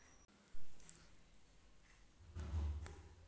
Tomato ಬೆಳೆಯ ಕಾಯಿ ಕೊರಕ ಹುಳುವಿನ ನಿಯಂತ್ರಣಕ್ಕ ಏನ್ ಮಾಡಬೇಕ್ರಿ?